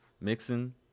mixing